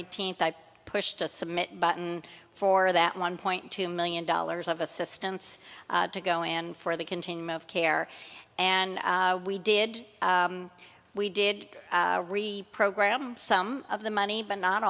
eighteenth i pushed a submit button for that one point two million dollars of assistance to go in for the continuum of care and we did we did reprogram some of the money but not